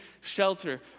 shelter